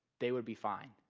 they would be fine.